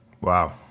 Wow